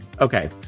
Okay